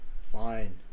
Fine